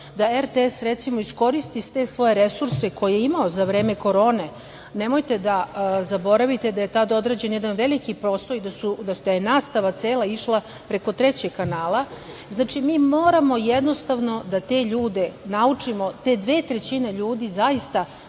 da RTS iskoristi svoje resurse koje je imao za vreme korone i nemojte da zaboravite da je tada odrađen veliki posao i da je nastava cela išla preko trećeg kanala, i mi moramo da te ljude naučimo, te dve trećine ljudi zapravo